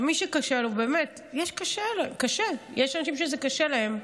מי שקשה לו, באמת, קשה, יש אנשים שזה קשה להם,